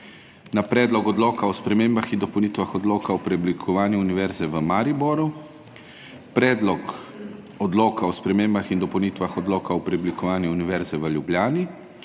Predlog odloka o spremembah in dopolnitvah Odloka o preoblikovanju Univerze v Mariboru, Predlog odloka o spremembah in dopolnitvah Odloka o preoblikovanju Univerze v Ljubljani